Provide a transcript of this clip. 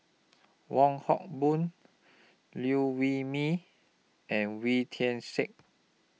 Wong Hock Boon Liew Wee Mee and Wee Tian Siak